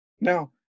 Now